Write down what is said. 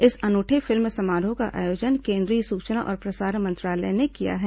इस अनूठे फिल्म समारोह का आयोजन केंद्रीय सूचना और प्रसारण मंत्रालय ने किया है